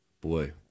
Boy